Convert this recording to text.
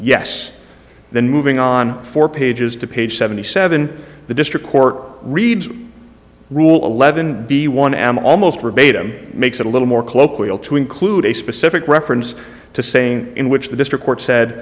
yes then moving on four pages to page seventy seven the district court reads rule eleven b one am almost verbatim makes it a little more colloquial to include a specific reference to saying in which the district court said